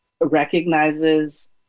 recognizes